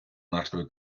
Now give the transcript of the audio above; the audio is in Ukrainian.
нашої